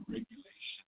Regulation